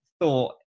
thought